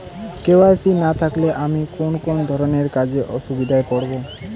KYC না থাকলে আমি কোন কোন ধরনের কাজে অসুবিধায় পড়ব?